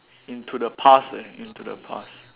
into the past eh into the past